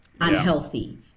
unhealthy